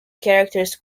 characters